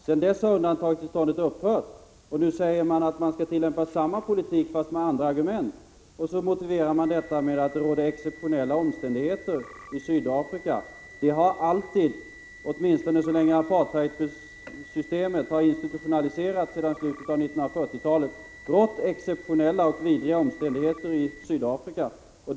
Sedan dess har undantagstillståndet upphört, och nu säger folkpartiet att man skall tillämpa samma politik, fast med andra argument. Och så motiveras detta med att det råder exceptionella omständigheter i Sydafrika. Det har alltid — åtminstone sedan apartheidsystemet institutionaliserades i slutet av 1940-talet — rått exceptionella och vidriga omständigheter i Sydafrika.